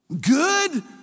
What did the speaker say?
good